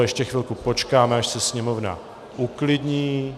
Ještě chvilku počkáme, až se sněmovna uklidní.